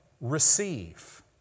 receive